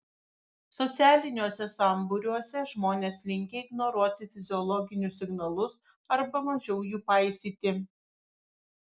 socialiniuose sambūriuose žmonės linkę ignoruoti fiziologinius signalus arba mažiau jų paisyti